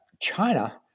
China